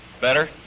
Better